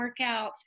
workouts